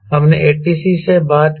हमने ATC से बात की